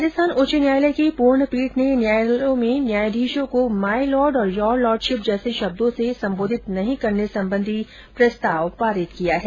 राजस्थान उच्च न्यायालय की पूर्ण पीठ ने न्यायालयों में न्यायाधीशों को माई लॉर्ड और योर लॉर्डशिप जैसे शब्दों से संबोधित नहीं करने संबंधी प्रस्ताव पारित किया है